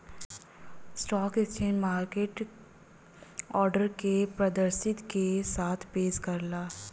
stock exchange market order के पारदर्शिता के साथ पेश करला